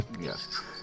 Yes